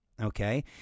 okay